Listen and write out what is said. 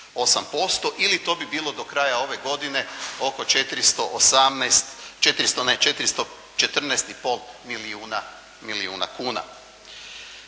9,38% ili to bi bilo do kraja ove godine oko 414,5 milijuna kuna.